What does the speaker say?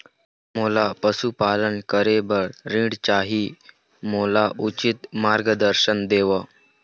मोला पशुपालन करे बर ऋण चाही, मोला उचित मार्गदर्शन देव?